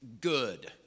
good